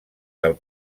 del